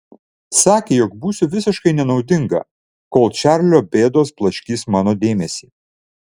sakė jog būsiu visiškai nenaudinga kol čarlio bėdos blaškys mano dėmesį